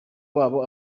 wabo